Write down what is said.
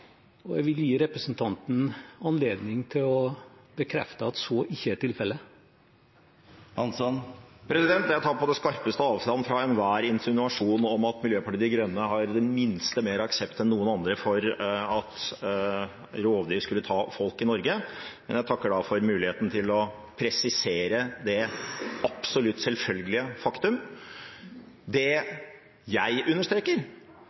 Norge. Jeg vil gi representanten Hansson anledning til å bekrefte at så ikke er tilfellet. Jeg tar på det skarpeste avstand fra enhver insinuasjon om at Miljøpartiet De Grønne har mer aksept enn noen andre for at rovdyr skulle ta folk i Norge, men jeg takker for muligheten til å presisere det absolutt selvfølgelige faktumet. Det jeg understreker, er at det er et uomgjengelig faktum